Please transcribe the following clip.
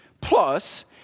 Plus